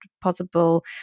possible